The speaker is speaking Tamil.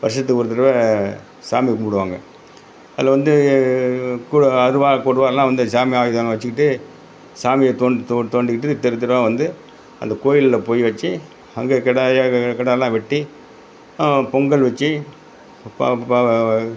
வருசத்துக்கு ஒரு தடவை சாமி கும்பிடுவாங்க அதில் வந்து கு அருவாள் கொடுவாலாம் வந்து சாமி ஆயுதமெலாம் வச்சுக்கிட்டு சாமியை தோன்டி தோன் தோன்டிக்கிட்டு தெரு தெருவாக வந்து அந்த கோயிலில் போய் வச்சு அங்கே கிடாய கிடாலாம் வெட்டி பொங்கல் வச்சு அப்போ அப்போது